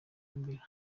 kabila